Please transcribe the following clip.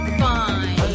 fine